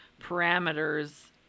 parameters